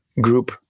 group